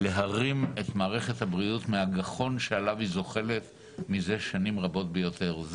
להרים את מערכת הבריאות מהגחון שעליו היא זוחלת מזה שנים רבות ביותר.